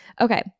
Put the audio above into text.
Okay